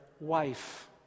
wife